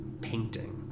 painting